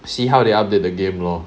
see how they update the game lor